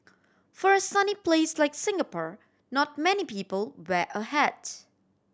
for a sunny place like Singapore not many people wear a hat